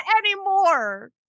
anymore